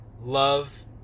love